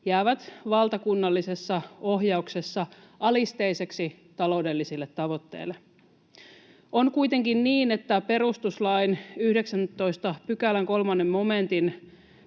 jäävät valtakunnallisessa ohjauksessa alisteisiksi taloudellisille tavoitteille. On kuitenkin niin, että perustuslain 19 §:n 3 momentin